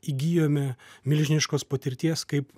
įgijome milžiniškos patirties kaip